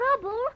trouble